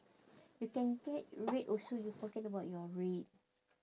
you can get red also you forget about your red